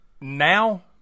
now